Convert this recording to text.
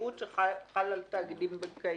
הבנקאות שחל על תאגידים בנקאיים.